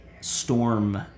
storm